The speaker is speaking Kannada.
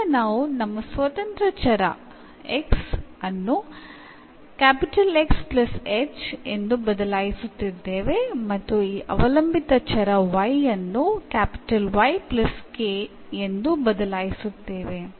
ಈಗ ನಾವು ನಮ್ಮ ಸ್ವತಂತ್ರ ಚರ x ಅನ್ನು X h ಎಂದು ಬದಲಾಯಿಸುತ್ತಿದ್ದೇವೆ ಮತ್ತು ಈ ಅವಲಂಬಿತ ಚರ y ಅನ್ನು Y k ಎಂದೂ ಬದಲಾಯಿಸುತ್ತೇವೆ